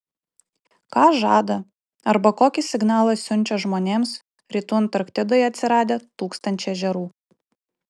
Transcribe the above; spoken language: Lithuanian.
ką žada arba kokį signalą siunčia žmonėms rytų antarktidoje atsiradę tūkstančiai ežerų